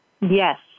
Yes